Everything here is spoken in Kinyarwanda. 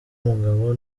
umugabo